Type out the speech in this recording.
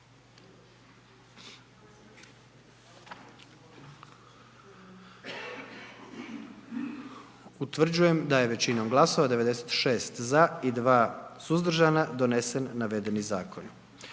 Utvrđujem da je većinom glasova 93 za i 1 suzdržani donijet zaključak kako